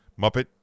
Muppet